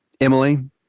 Emily